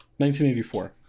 1984